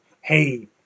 hey